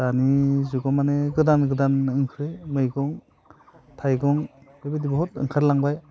दानि जुगाव माने गोदान गोदान ओंख्रि मैगं थाइगं बेबायदि बहुद ओंखारलांबाय